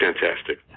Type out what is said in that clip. fantastic